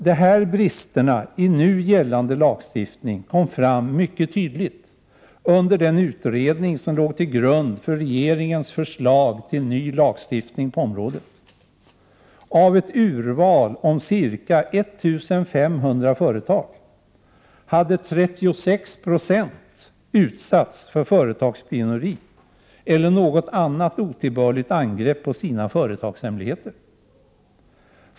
De här bristerna i nu gällande lagstiftning kom fram mycket tydligt under den utredning som låg till grund för regeringens förslag till ny lagstiftning på området. Av ett urval om ca 1 500 företag hade 36 96 utsatts för företagsspioneri eller något annat otillbörligt angrepp på sina företagshemligheter.